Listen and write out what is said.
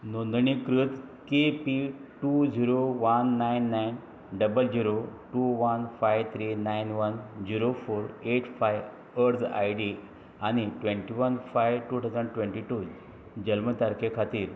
नोंदणीकृत K P दोन शुन्य एक णव णव शुन्य शुन्य दोन एक पांच तीन णव एक शुन्य चार आठ पांच अर्ज आय डी आनी एकवीस पांच दोन हजार बावीस जल्म तारखे खातीर